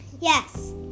Yes